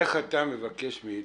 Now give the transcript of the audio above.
מה אתה מבקש מאתנו,